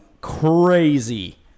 crazy